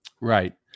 Right